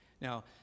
Now